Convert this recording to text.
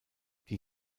die